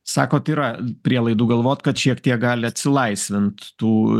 sakot yra prielaidų galvot kad šiek tiek gali atsilaisvint tų